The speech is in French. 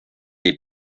est